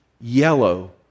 yellow